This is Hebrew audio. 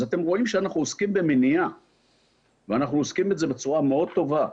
אז אתם רואים שאנחנו עוסקים במניעה ואנחנו עוסקים בזה בצורה מאוד טובה.